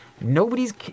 nobody's